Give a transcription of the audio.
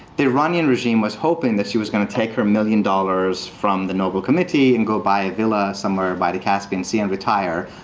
the iranian regime was hoping that she was going to take her one million dollars from the nobel committee, and go by a villa somewhere by the caspian sea and retire.